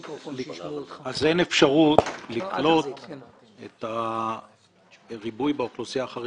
לקלוט את הריבוי באוכלוסייה החרדית,